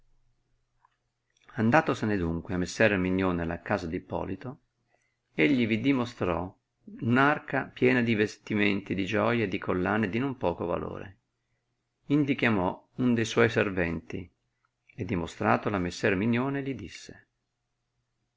andatosene adunque messer erminione alla casa d ippolito egli vi dimostrò un arca piena di vestimenti di gioie e di collane di non poco valore indi chiamò un de suoi serventi e dimostratolo a messer erminione li disse